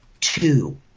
two